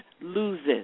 loses